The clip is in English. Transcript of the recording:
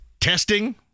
testing